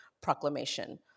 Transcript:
proclamation